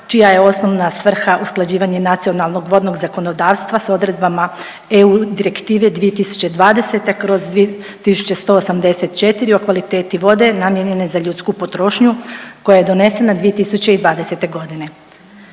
čija je osnovna svrha usklađivanje Nacionalnog vodnog zakonodavstva s odredbama EU Direktive 2020/2184 o kvaliteti vode namijenjene za ljudsku potrošnju koja je donesena 2020.g..